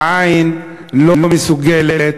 העין לא מסוגלת